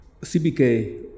CBK